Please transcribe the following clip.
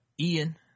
Ian